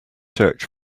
search